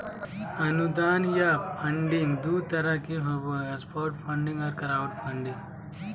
अनुदान या फंडिंग दू तरह के होबो हय सॉफ्ट फंडिंग आर क्राउड फंडिंग